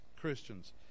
Christians